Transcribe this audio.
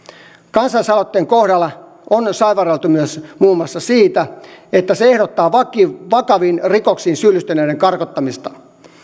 kansalaisaloitteen kohdalla on saivarreltu myös muun muassa siitä että se ehdottaa vakaviin rikoksiin syyllistyneiden karkottamista